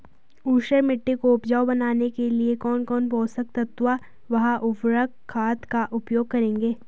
ऊसर मिट्टी को उपजाऊ बनाने के लिए कौन कौन पोषक तत्वों व उर्वरक खाद का उपयोग करेंगे?